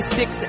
six